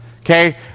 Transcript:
Okay